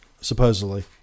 Supposedly